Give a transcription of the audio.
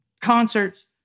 concerts